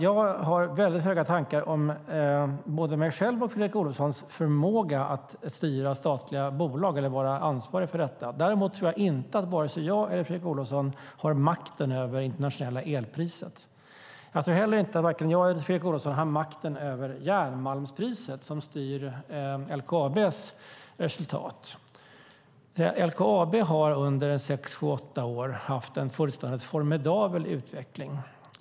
Jag har väldigt höga tankar om både min egen och Fredrik Olovssons förmåga att styra och vara ansvarig för statliga bolag. Däremot tror jag inte att vare sig jag eller Fredrik Olovsson har makten över det internationella elpriset. Jag tror inte heller att vare sig jag eller Fredrik Olovsson har makten över järnmalmspriset som styr LKAB:s resultat. LKAB har under sex till åtta år haft en fullständigt formidabel utveckling.